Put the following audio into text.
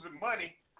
money